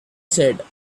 said